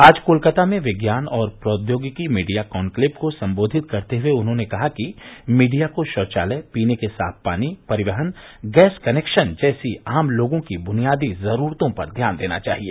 आज कोलकाता में विज्ञान और प्रौद्योगिकी मीडिया कॉन्क्लेव को संबोधित करते हुए उन्होंने कहा कि मीडिया को शौचालय पीने के साफ पानी परिवहन गैस कनेक्शन जैसी आम लोगों की बुनियादी जरूरतों पर ध्यान देना चाहिए